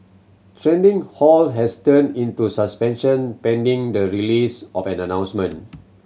trading halt has turned into suspension pending the release of an announcement